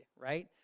right